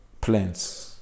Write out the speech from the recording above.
plans